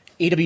AW